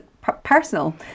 personal